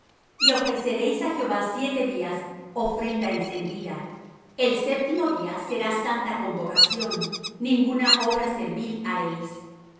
y ofreceréis á jehová siete días ofrenda encendida el séptimo día será santa convocación ninguna obra servil haréis